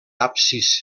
absis